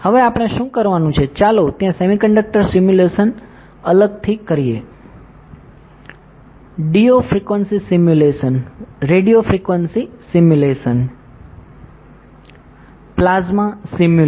હવે આપણે શું કરવાનું છે ચાલો ત્યાં સેમિકન્ડક્ટર સિમ્યુલેશન અલગથી કરીએ radio frequency simulation plasma simulation Optic simulations ray optics wave optics